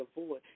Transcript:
avoid